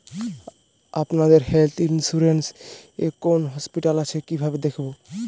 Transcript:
আপনাদের health insurance এ কোন কোন হসপিটাল আছে কিভাবে দেখবো?